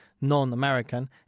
non-American